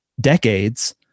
decades